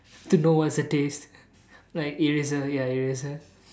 to know what's the taste like eraser ya eraser